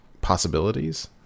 possibilities